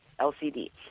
LCD